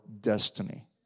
destiny